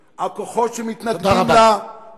הכוחות שמתנגדים לה, תודה רבה.